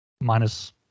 minus